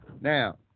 Now